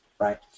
Right